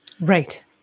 Right